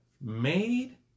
Made